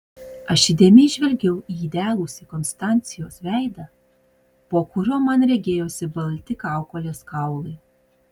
aš įdėmiai žvelgiau į įdegusį konstancijos veidą po kuriuo man regėjosi balti kaukolės kaulai